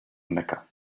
mecca